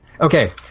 Okay